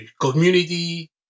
community